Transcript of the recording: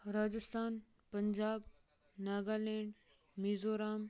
Rajasthan Punjab Nagaland Mizoram